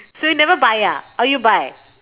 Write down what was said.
so you never buy ah or you buy